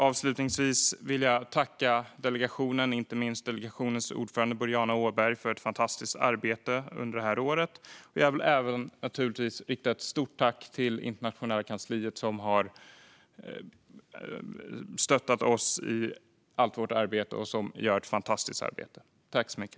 Avslutningsvis vill jag tacka delegationen, inte minst dess ordförande Boriana Åberg, för ett fantastiskt arbete under året. Naturligtvis vill jag även rikta ett stort tack till det internationella kansliet, som har stöttat oss i allt vårt arbete. Ni gör ett fantastiskt arbete!